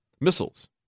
missiles